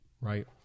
right